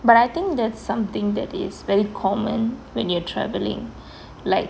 but I think that's something that is very common when you're travelling like